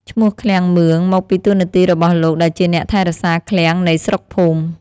ឈ្មោះ «ឃ្លាំងមឿង» មកពីតួនាទីរបស់លោកដែលជាអ្នកថែរក្សាឃ្លាំងនៃស្រុកភូមិ ។